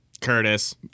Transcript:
Curtis